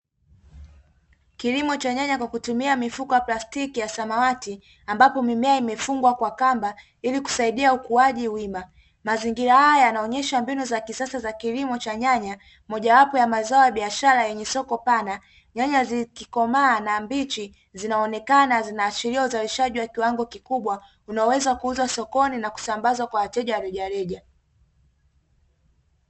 Kilimo cha nyanya kwa kutumia mifuko ya plastiki ya samawati ambapo mimea imefungwa kwa kamba ili kusaidia ukuaji wima. Mazingira haya yanaonyesha mbinu za kisasa za kilimo cha nyanya, mojawapo ya mazao ya biashara yenye soko pana. Nyanya zikikomaa na mbichi, zinaonekana na zinaashiria uzalishaji wa kiwango kikubwa unaoweza kuuzwa sokoni na kusambazwa kwa wateja wa rejareja.